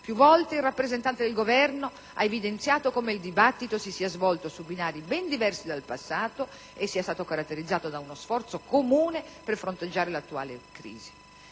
Più volte il rappresentante del Governo ha evidenziato come il dibattito si sia svolto su binari ben diversi dal passato e sia stato caratterizzato da uno sforzo comune per fronteggiare l'attuale crisi.